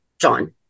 john